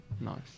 Nice